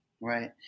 Right